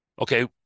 Okay